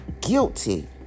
guilty